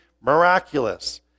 miraculous